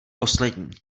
poslední